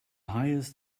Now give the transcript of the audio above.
highest